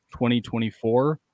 2024